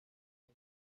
may